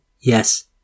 Yes